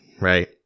right